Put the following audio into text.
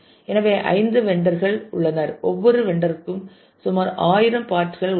எனவே 5 வெண்டர் கள் உள்ளனர் ஒவ்வொரு வெண்டர் க்கும் சுமார் 1000 பார்ட் கள் உள்ளன